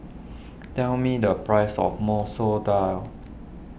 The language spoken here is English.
tell me the price of Masoor Dal